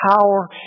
power